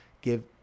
give